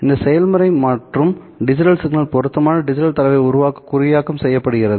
இந்த செயல்முறை மற்றும் டிஜிட்டல் சிக்னல்கள் பொருத்தமான டிஜிட்டல் தரவை உருவாக்க குறியாக்கம் செய்யப்படுகின்றன